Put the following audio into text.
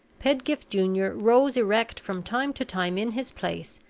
pedgift junior rose erect from time to time in his place,